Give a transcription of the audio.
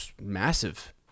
massive